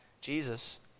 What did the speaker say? Jesus